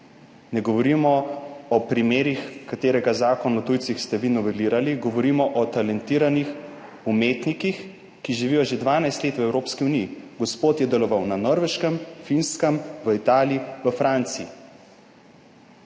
ne govorimo o primerih, kaj v Zakonu o tujcih ste vi novelirali, govorimo o talentiranih umetnikih, ki že 12 let živijo v Evropski uniji. Gospod je deloval na Norveškem, Finskem, v Italiji, v Franciji.